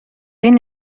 این